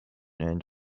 and